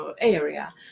area